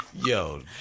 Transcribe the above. Yo